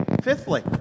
fifthly